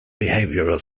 behavioral